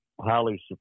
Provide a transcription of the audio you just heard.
highly